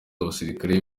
abasirikare